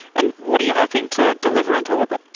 and what are you hoping to deliver into orbit?